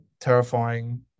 terrifying